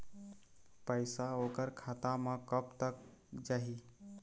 पैसा ओकर खाता म कब तक जाही?